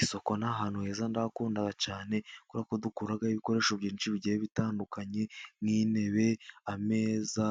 Isoko ni ahantu heza ndahakunda cyane, kubera ko dukuragayo ibikoresho byinshi bigiye bitandukanye, nk'intebe, ameza,